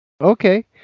Okay